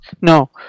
No